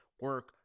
Work